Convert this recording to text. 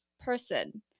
person